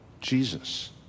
Jesus